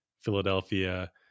Philadelphia